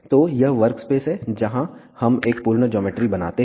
तो यह वर्कस्पेस है जहां हम एक पूर्ण ज्योमेट्री बनाते हैं